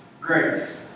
grace